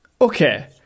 Okay